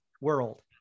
world